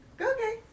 Okay